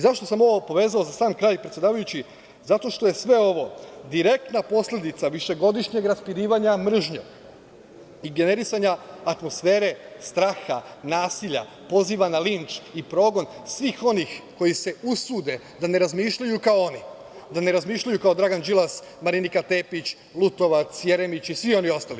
Zašto sam ovo povezao, za sam kraj predsedavajući, zato što je sve ovo direktna posledica višegodišnjeg raspirivanja mržnje i generisanja atmosfere straha, nasilja, poziva na linč i progon svih onih koji se usude da ne razmišljaju kao oni, da ne razmišljaju kao Dragan Đilas, Marinika Tepić, Lutovac, Jeremić i svi oni ostali.